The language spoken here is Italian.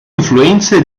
influenze